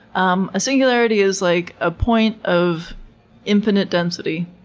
um a singularity is like a point of infinite density.